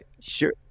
sure